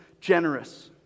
generous